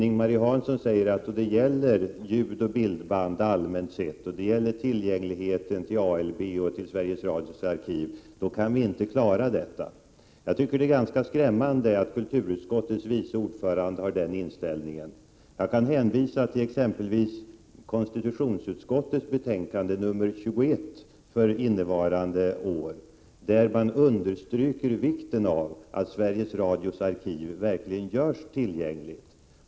Ing-Marie Hansson säger att vi inte klarar att göra ljudoch bildband allmänt tillgängliga och att vi inte kan ge tillträde till ALB och till Sveriges Radios arkiv. Det är ganska skrämmande att kulturutskottets vice ordförande har den inställningen. Jag kan hänvisa till exempelvis konstitutionsutskottets betänkande 21 för innevarande år, där man understryker vikten av att Sveriges Radios arkiv verkligen görs tillgängligt.